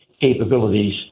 capabilities